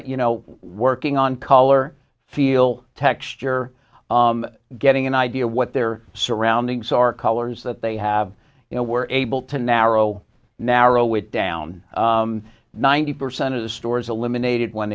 you know working on color feel texture getting an idea what their surroundings are colors that they have you know we're able to narrow narrow it down ninety percent of the stores eliminated when